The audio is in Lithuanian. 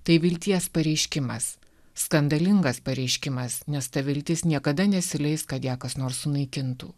tai vilties pareiškimas skandalingas pareiškimas nes ta viltis niekada nesileis kad ją kas nors sunaikintų